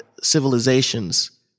civilizations